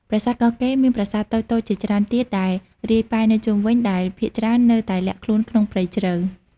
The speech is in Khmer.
ប្រាសាទកោះកេរមានប្រាសាទតូចៗជាច្រើនទៀតដែលរាយប៉ាយនៅជុំវិញ ដែលភាគច្រើននៅតែលាក់ខ្លួនក្នុងព្រៃជ្រៅ។